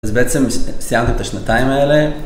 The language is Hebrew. אז בעצם סיימת את השנתיים האלה